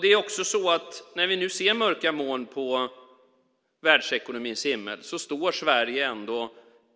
Det är också så att vi i Sverige, när vi nu ser mörka moln på världsekonomins himmel, ändå står